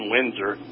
Windsor